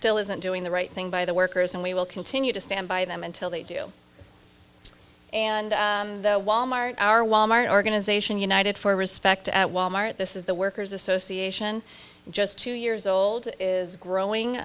still isn't doing the right thing by the workers and we will continue to stand by them until they do and the wal mart our walmart organization united for respect at wal mart this is the workers association just two years old is growing